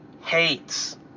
hates